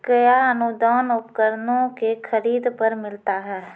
कया अनुदान उपकरणों के खरीद पर मिलता है?